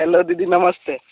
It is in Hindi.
हेलो दीदी नमस्ते